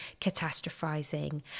catastrophizing